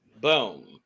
Boom